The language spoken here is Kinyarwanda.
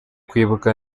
kwibuka